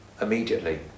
Immediately